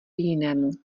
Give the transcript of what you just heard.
jinému